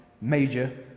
major